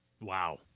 Wow